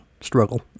struggle